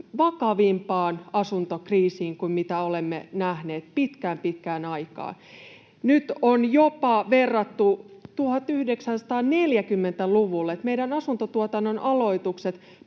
vakavimpaan asuntokriisiin, mitä olemme nähneet pitkään, pitkään aikaan. Nyt on jopa verrattu 1940-luvulle — meidän asuntotuotannon aloitukset